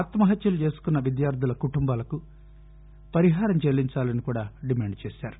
ఆత్మహత్యలు చేసుకున్న విద్యార్థుల కుటుంబాలకు పరిహారం చెల్లించాలని కూడా డిమాండ్ చేశారు